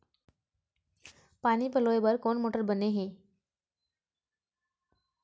पानी पलोय बर कोन मोटर बने हे?